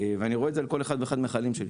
אני רואה את זה על כל אחד ואחד מהחיילים שלנו.